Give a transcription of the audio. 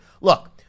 Look